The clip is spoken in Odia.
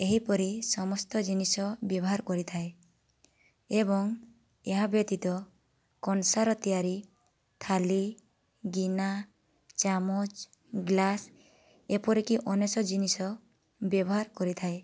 ଏହିପରି ସମସ୍ତ ଜିନିଷ ବ୍ୟବହାର କରିଥାଏ ଏବଂ ଏହାବ୍ୟତୀତ କଂସାରେ ତିଆରି ଥାଳି ଗିନା ଚାମଚ ଗ୍ଲାସ୍ ଏପରିକି ଅନେକ ଜିନିଷ ବ୍ୟବହାର କରିଥାଏ